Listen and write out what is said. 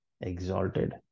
exalted